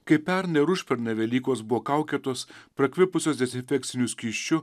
kai pernai ar užpernai velykos buvo kaulėtos prakvipusios dezinfekciniu skysčiu